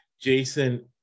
Jason